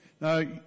now